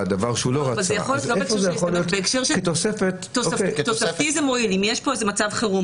אם יש פה מצב חירום,